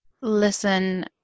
listen